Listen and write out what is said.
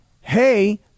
hey